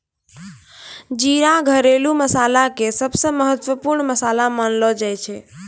जीरा घरेलू मसाला के सबसॅ महत्वपूर्ण मसाला मानलो जाय छै